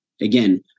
Again